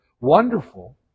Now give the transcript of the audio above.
wonderful